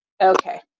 okay